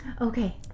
Okay